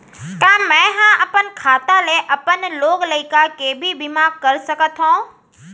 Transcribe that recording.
का मैं ह अपन खाता ले अपन लोग लइका के भी बीमा कर सकत हो